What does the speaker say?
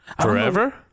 forever